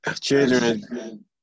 Children